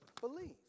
believe